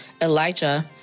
elijah